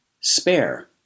spare